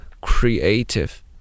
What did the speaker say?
creative